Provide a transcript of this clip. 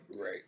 right